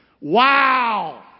Wow